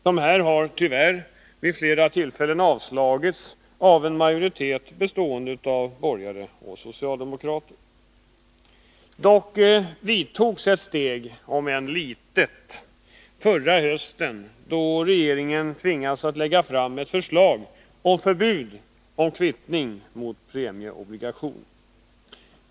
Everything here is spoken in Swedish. Dessa förslag har tyvärr avslagits av en majoritet bestående av borgare och socialdemokrater. Dock togs förra hösten ett, om än litet, steg i rätt riktning, då regeringen tvingades lägga fram ett förslag om förbud mot kvittning mot premieobligationer.